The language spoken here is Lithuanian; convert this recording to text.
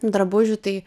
drabužių tai